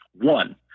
One